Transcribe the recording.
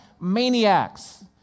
maniacs